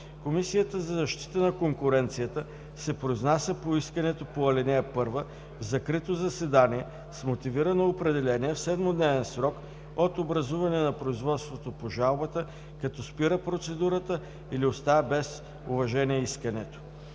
Комисията за защита на конкуренцията се произнася по искането по ал. 1 в закрито заседание с мотивирано определение в 7-дневен срок от образуване на производството по жалбата, като спира процедурата или оставя без уважение искането.